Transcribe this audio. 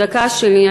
בדקה שלי,